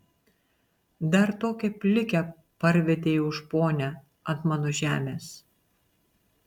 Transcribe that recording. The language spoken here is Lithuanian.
dar tokią plikę parvedei už ponią ant mano žemės